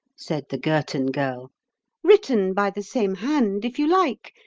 said the girton girl written by the same hand, if you like,